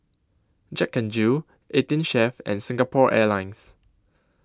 Jack N Jill eighteen Chef and Singapore Airlines